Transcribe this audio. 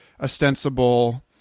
ostensible